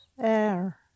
air